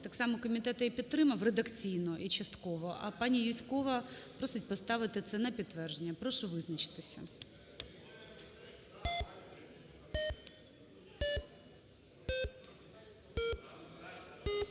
Так само комітет її підтримав редакційно і частково. А пані Юзькова просить поставити це на підтвердження. Прошу визначитися.